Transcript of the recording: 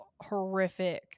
horrific